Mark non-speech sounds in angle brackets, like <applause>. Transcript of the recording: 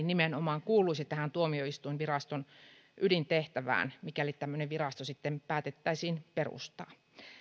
<unintelligible> nimenomaan tähän tuomioistuinviraston ydintehtävään mikäli tämmöinen virasto sitten päätettäisiin perustaa